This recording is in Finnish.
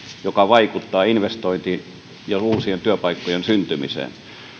joka vaikuttaa investointiin ja uusien työpaikkojen syntymiseen